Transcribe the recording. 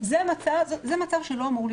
זה מצב שלא אמור לקרות.